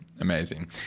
amazing